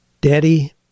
daddy